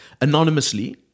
anonymously